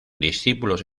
discípulos